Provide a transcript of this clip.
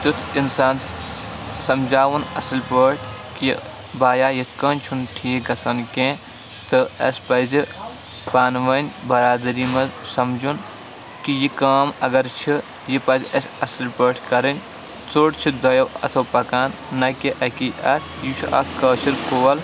تیُتھ اِنسان سَمجھاوُن اَصٕل پٲٹھۍ کہِ بایا یِتھ کٔنۍ چھُنہٕ ٹھیٖک گژھان کینٛہہ تہٕ اَسہِ پَزِ پانہٕ ؤنۍ بَرادٔری منٛز سَمجھُن کہِ یہِ کٲم اگر چھِ یہِ پَزِ اَسہِ اَصٕل پٲٹھۍ کَرٕنۍ ژۄٹ چھِ دۄیو اَتھو پَکان نہ کہِ اَکی اَتھٕ یہِ چھُ اَکھ کٲشِر کول